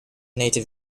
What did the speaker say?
native